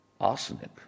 arsenic